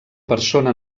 persona